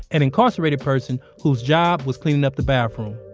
an incarcerated person whose job was cleaning up the bathroom.